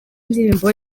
indirimbo